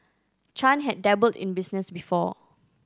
chan had dabbled in business before